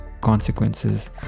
consequences